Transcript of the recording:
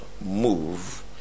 move